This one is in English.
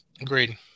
Agreed